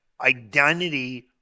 identity